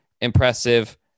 impressive